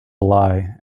lie